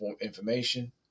Information